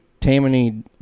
Tammany